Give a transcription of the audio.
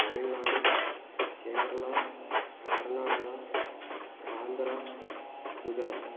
Tamil Nadu Kerala Karnataka Andhra Gujarat